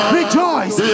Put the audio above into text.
rejoice